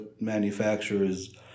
manufacturers